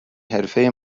حرفه